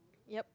yup